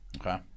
Okay